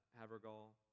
Havergal